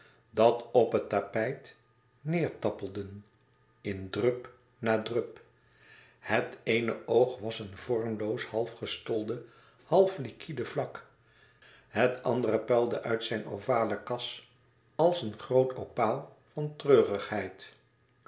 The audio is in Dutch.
dat op het tapijt neêrtappelden in drup na drup het eene oog was een vormloos half gestolde half liquide vlak het andere puilde uit zijn ovale kas als een groote opaal van treurigheid